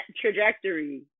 trajectory